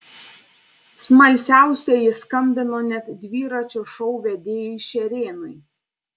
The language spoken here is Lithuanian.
smalsiausieji skambino net dviračio šou vedėjui šerėnui